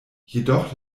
jedoch